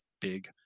big